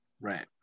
right